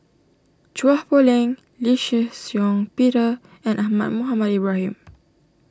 Chua Poh Leng Lee Shih Shiong Peter and Ahmad Mohamed Ibrahim